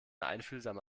einfühlsame